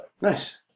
Nice